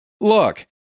Look